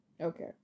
okay